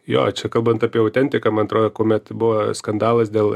jo čia kalbant apie autentiką man atrodo kuomet buvo skandalas dėl